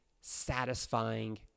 satisfying